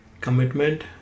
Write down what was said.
commitment